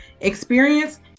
experience